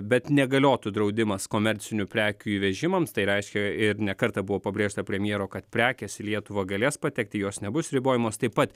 bet negaliotų draudimas komercinių prekių įvežimams tai reiškia ir ne kartą buvo pabrėžta premjero kad prekės į lietuvą galės patekti jos nebus ribojamos taip pat